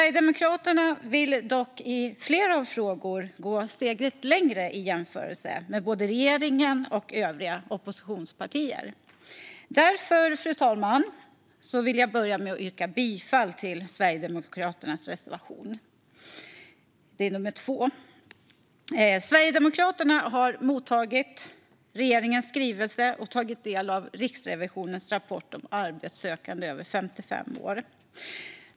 I flera frågor vill dock Sverigedemokraterna gå steget längre i jämförelse med både regeringen och övriga oppositionspartier. Därför yrkar jag bifall till Sverigedemokraternas reservation, nummer 2. Sverigedemokraterna har mottagit regeringens skrivelse och tagit del av Riksrevisionens rapport om arbetssökande över 55 år.